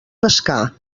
pescar